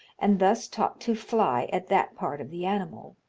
and thus taught to fly at that part of the animal.